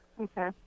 okay